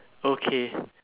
okay